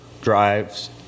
drives